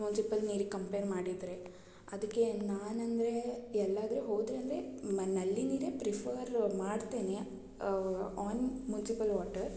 municipal ನೀರಿಗೆ compare ಮಾಡಿದರೆ ಅದಕ್ಕೆ ನಾನು ಅಂದರೆ ಎಲ್ಲಾದರು ಹೋದ್ರಂದರೆ ನಾನು ನಲ್ಲಿ ನೀರೇ ಪ್ರಿಫರ್ ಮಾಡ್ತೇನೆ ಆನ್ ಮುನ್ಸಿಪಲ್ ವಾಟರ್